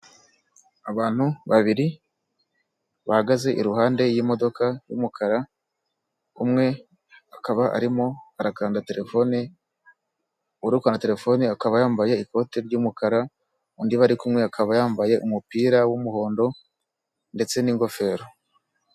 Abantu babiri bahagaze iruhande y'imodoka y'umukara, umwe akaba arimo arakanda telefone, uri gukanda telefone akaba yambaye ikote ry'umukara, undi bari kumwe akaba yambaye umupira w'umuhondo ndetse n'ingofero.